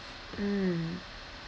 mm